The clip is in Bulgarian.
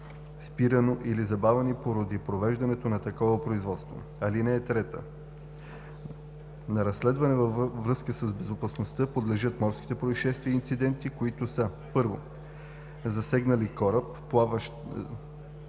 спирано или забавяно поради провеждането на такова производство. (3) На разследване във връзка с безопасността подлежат морски произшествия и инциденти, които са: 1. засегнали кораб, плаващ